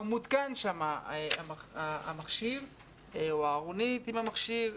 מותקן המכשיר או הארונית עם המכשיר,